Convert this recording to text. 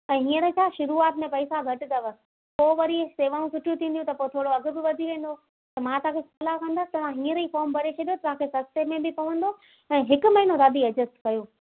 ऐं हींअर छा शुरूआति में पैसा घटि अथव पोइ वरी सेवाऊं सुठियूं थींदियूं त पोइ थोरो अघु बि वधी वेंदो त मां तव्हांखे सलाह कंदसि तव्हां हींअर ई फ़ॉर्म भरे छॾियो तव्हांखे सस्ते में बि पवंदो ऐं हिकु महिनो दादी एडजस्ट कयो